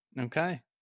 okay